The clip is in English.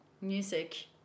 music